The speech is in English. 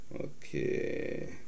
Okay